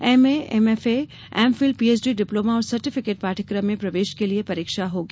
MA MFA MPhil PhD diploma और certificate पाठ्यक्रम में प्रवेश के लिये प्रवेश परीक्षा होगी